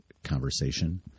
conversation